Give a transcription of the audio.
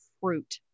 fruit